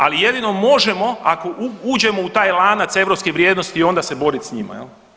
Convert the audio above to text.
Ali jedino možemo ako uđemo u taj lanac europske vrijednosti onda se borit s njima jel.